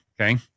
okay